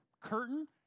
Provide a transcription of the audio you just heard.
curtain